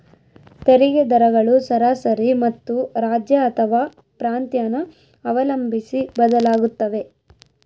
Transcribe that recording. ತೆರಿಗೆ ದರಗಳು ಸರಾಸರಿ ಮತ್ತು ರಾಜ್ಯ ಅಥವಾ ಪ್ರಾಂತ್ಯನ ಅವಲಂಬಿಸಿ ಬದಲಾಗುತ್ತವೆ